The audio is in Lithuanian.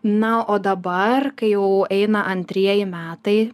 na o dabar kai jau eina antrieji metai